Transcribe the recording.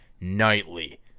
nightly